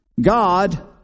God